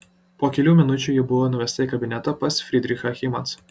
po kelių minučių ji buvo nuvesta į kabinetą pas frydrichą hymansą